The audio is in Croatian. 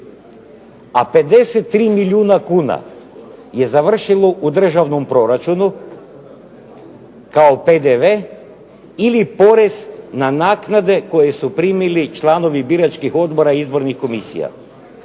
A 53 milijuna kuna je završilo u državnom proračunu kao PDV ili porez na naknade koje su primili članovi biračkih odbora i izbornih komisija